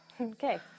okay